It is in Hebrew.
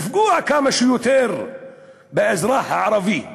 לפגוע כמה שיותר באזרח הערבי.